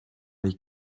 les